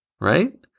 right